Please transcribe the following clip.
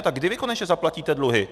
Tak kdy vy konečně zaplatíte dluhy?